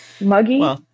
Muggy